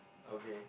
okay